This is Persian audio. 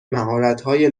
مهراتهای